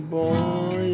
boy